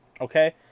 Okay